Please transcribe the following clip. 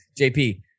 JP